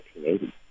1980